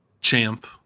champ